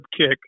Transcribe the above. kick